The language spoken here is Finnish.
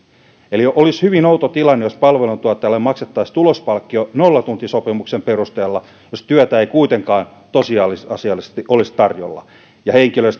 olisi hyvin outo tilanne jos palveluntuottajalle maksettaisiin tulospalkkio nollatuntisopimuksen perusteella jos työtä ei kuitenkaan tosiasiallisesti tosiasiallisesti olisi tarjolla ja henkilön